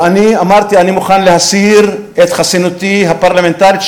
ואני אמרתי: אני מוכן להסיר את חסינותי הפרלמנטרית,